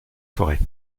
forêts